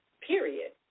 period